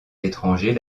étranger